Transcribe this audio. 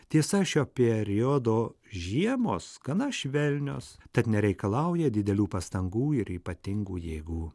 tiesa šio periodo žiemos gana švelnios tad nereikalauja didelių pastangų ir ypatingų jėgų